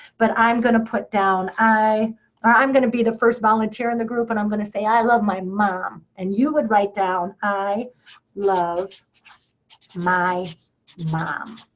but i'm going to put down i i'm going to be the first volunteer in the group. and i'm going to say, i love my mom. and you would write down. i love my mom.